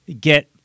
get